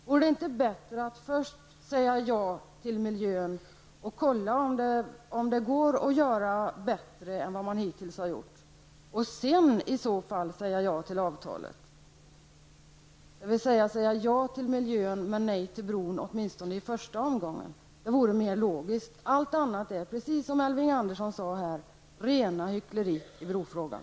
Vore det inte bättre att först säga ja till miljön och undersöka om det går att förbättra det som man hittills har gjort? Sedan kan man i så fall säga ja till avtalet, dvs. att åtminstone i första omgången säga ja till miljön och nej till bron. Det vore mer logiskt. Precis som Elving Andersson sade är allting annat rena hyckleriet när det gäller brofrågan.